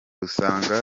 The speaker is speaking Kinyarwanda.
usanga